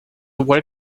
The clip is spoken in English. work